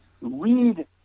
Read